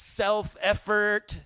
self-effort